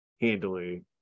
handily